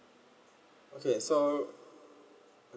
okay so